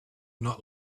not